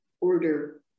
order